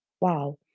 wow